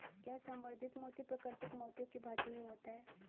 क्या संवर्धित मोती प्राकृतिक मोतियों की भांति ही होता है?